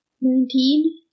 Nineteen